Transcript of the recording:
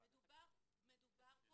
אנחנו כן חושבים,